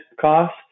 cost